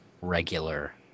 regular